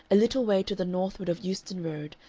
a little way to the northward of euston road,